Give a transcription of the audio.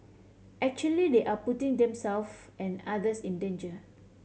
actually they are putting themself and others in danger